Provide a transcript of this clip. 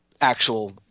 actual